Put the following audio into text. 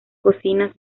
cocina